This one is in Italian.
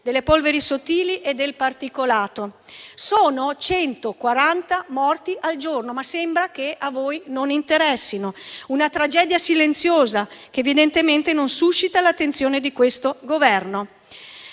delle polveri sottili e del particolato. Sono 140 i morti al giorno, ma sembra che a voi non interessino: una tragedia silenziosa, che evidentemente non suscita l'attenzione di questo Governo.